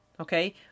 Okay